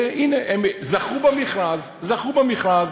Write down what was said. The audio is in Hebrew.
והנה, הם זכו במכרז, זכו במכרז,